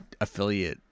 affiliate